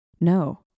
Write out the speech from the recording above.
No